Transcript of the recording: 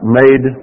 made